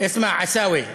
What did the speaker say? אסמע, עיסאווי,